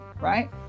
right